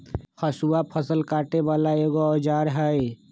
हसुआ फ़सल काटे बला एगो औजार हई